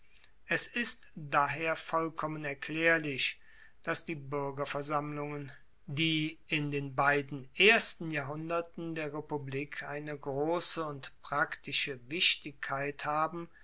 es ist daher vollkommen erklaerlich dass die buergerversammlungen die in den beiden ersten jahrhunderten der republik eine grosse und praktische wichtigkeit haben